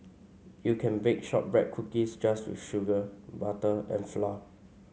you can bake shortbread cookies just with sugar butter and flour